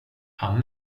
han